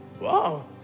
wow